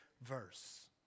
verse